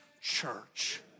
church